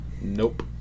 Nope